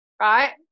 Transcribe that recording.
right